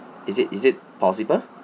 is it is it possible